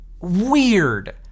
weird